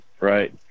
Right